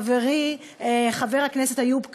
חברי חבר הכנסת איוב קרא,